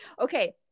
Okay